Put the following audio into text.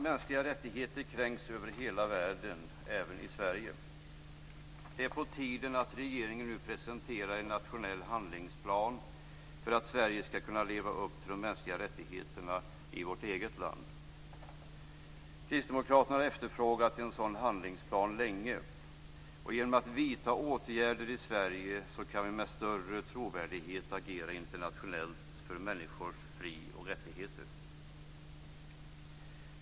Mänskliga rättigheter kränks över hela världen, även i Sverige. Det är på tiden att regeringen nu presenterar en nationell handlingsplan för att vi i Sverige ska kunna leva upp till de mänskliga rättigheterna i vårt eget land. Kristdemokraterna har efterfrågat en sådan handlingsplan länge. Genom att vidta åtgärder i Sverige kan vi med större trovärdighet agera internationellt för människors fri och rättigheter.